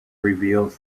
reveals